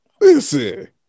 Listen